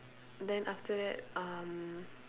then after that um